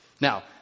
Now